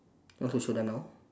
you want to show them now